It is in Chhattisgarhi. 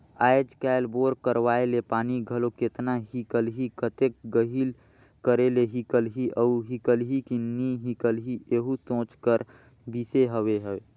आएज काएल बोर करवाए ले पानी घलो केतना हिकलही, कतेक गहिल करे ले हिकलही अउ हिकलही कि नी हिकलही एहू सोचे कर बिसे हवे